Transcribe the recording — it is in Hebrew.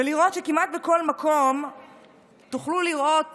ולראות שכמעט בכל מקום תוכלו לראות